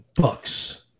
Bucks